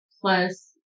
plus